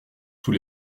sous